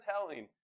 telling